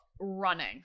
running